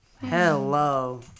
Hello